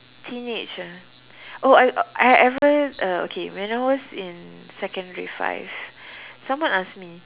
teenage ah oh I I ever uh okay when I was in secondary five someone ask me